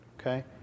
okay